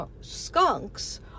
skunks